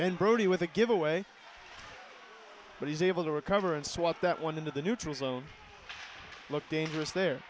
then brody with a giveaway but he's able to recover and swap that one into the neutral zone looked dangerous there